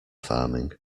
farming